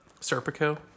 Serpico